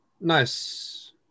Nice